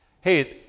Hey